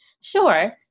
Sure